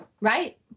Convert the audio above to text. Right